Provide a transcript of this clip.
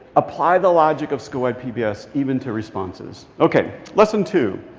apply the logic of schoolwide pbs even to responses. okay, lesson two.